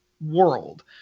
world